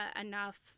enough